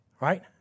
Right